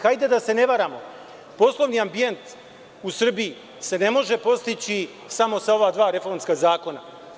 Hajde da se ne varamo, poslovni ambijent u Srbiji se ne može postići samo sa ova dva reformska zakona.